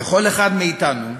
וכל אחד מאתנו,